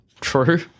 True